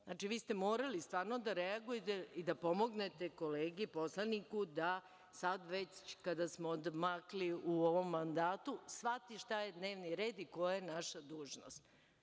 Znači vi ste morali da reagujete i da pomognete kolegi poslaniku da sad već kada smo odmakli u ovom mandatu, shvati koji je dnevni red i koja je naša dužnost.